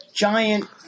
giant